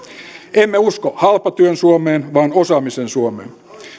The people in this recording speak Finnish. emme usko halpatyön suomeen vaan osaamisen suomeen